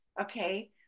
okay